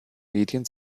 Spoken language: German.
medien